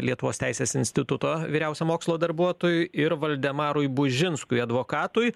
lietuvos teisės instituto vyriausiam mokslo darbuotojui ir valdemarui bužinskui advokatui